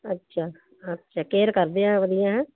ਅੱਛਾ ਅੱਛਾ ਕੇਅਰ ਕਰਦੇ ਆ ਵਧੀਆ ਹੈਂ